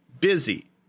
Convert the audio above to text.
busy